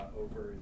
over